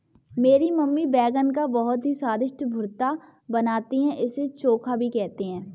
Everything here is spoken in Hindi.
मेरी मम्मी बैगन का बहुत ही स्वादिष्ट भुर्ता बनाती है इसे चोखा भी कहते हैं